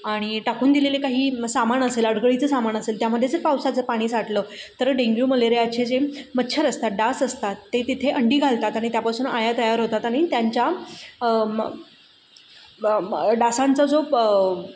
आणि टाकून दिलेले काही सामान असेल अडगळीचं सामान असेल त्यामध्ये जर पावसाचं पाणी साठलं तर डेंग्यू मलेरियाचे जे मच्छर असतात डास असतात ते तिथे अंडी घालतात आणि त्यापासून अळ्या तयार होतात आणि त्यांच्या मग ब डासांचा जो